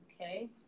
okay